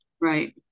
Right